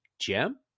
gem